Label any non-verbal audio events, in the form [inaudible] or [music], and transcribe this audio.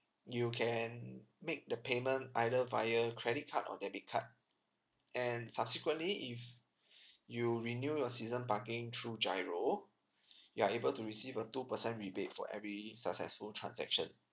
you can make the payment either via credit card or debit card and subsequently if [breath] you renew your season parking through giro [breath] you are able to receive a two percent rebate for every successful transaction